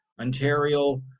Ontario